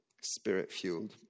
Spirit-fueled